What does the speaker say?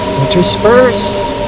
interspersed